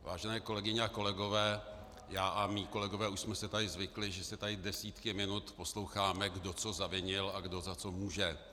Vážené kolegyně a kolegové, já a mí kolegové už jsme si tady zvykli, že tady desítky minut posloucháme, kdo co zavinil a kdo za co může.